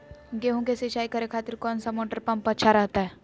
गेहूं के सिंचाई करे खातिर कौन सा मोटर पंप अच्छा रहतय?